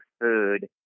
food